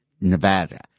Nevada